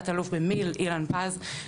תת אלוף במיל אילן פז,